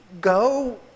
Go